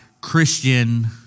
Christian